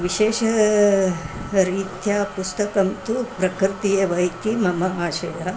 विशेषरीत्या पुस्तकं तु प्रकृतिः एव इति मम आशयः